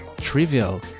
trivial